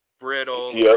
brittle